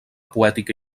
poètica